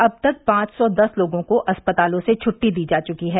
अब तक पांच सौ दस लोगों को अस्पतालों से छट्टी दी जा चुकी है